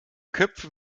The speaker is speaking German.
köpfe